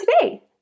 today